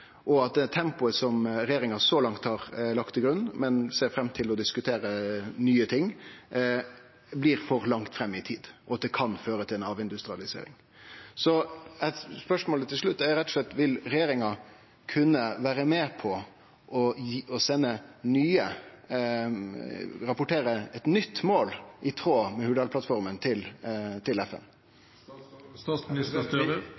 og at det tempoet som regjeringa så langt har lagt til grunn, men der ein ser fram til å diskutere nye ting, blir for langt fram i tid, og at det kan føre til avindustrialisering. Spørsmålet til slutt er rett og slett: Vil regjeringa kunne vere med på å rapportere eit nytt mål i tråd med Hurdalsplattforma til FN? Vi legger til